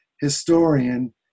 historian